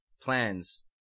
plans